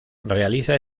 realiza